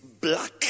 black